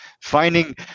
finding